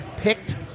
picked